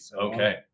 Okay